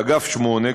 באגף 8,